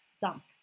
dump